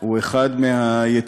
הוא אחד היתדות,